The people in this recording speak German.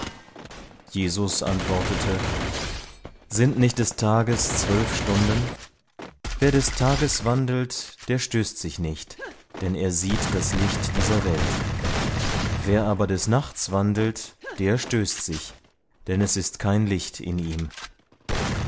jesus antwortete sind nicht des tages zwölf stunden wer des tages wandelt der stößt sich nicht denn er sieht das licht dieser welt wer aber des nachts wandelt der stößt sich denn es ist kein licht in ihm